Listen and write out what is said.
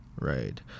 Right